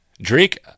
Drake